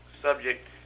subject